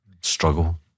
struggle